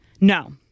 No